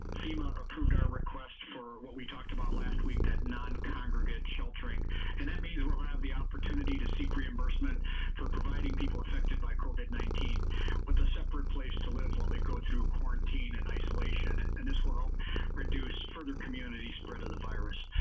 fema approved our request for what we talked about last week that non-congregate sheltering and that means we'll we'll have the opportunity to seek reimbursement for providing people affected by covid nineteen with a separate place to live while they go through quarantine and isolation and this will reduce further community spread of the virus.